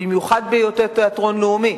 במיוחד בהיותו תיאטרון לאומי,